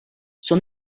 son